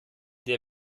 der